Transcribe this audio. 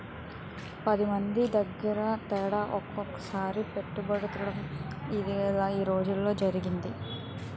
పదిమంది దగ్గిర తేడం ఒకసోట పెట్టుబడెట్టటడం ఇదేగదా ఈ రోజుల్లో జరిగేది